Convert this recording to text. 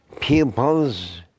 people's